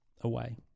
away